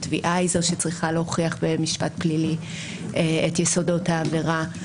התביעה היא זו שצריכה להוכיח במשפט פלילי את יסודות העבירה.